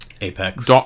Apex